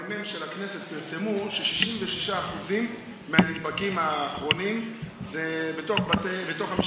הממ"מ של הכנסת פרסמו ש-66% מהנדבקים האחרונים זה בתוך המשפחה.